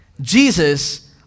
Jesus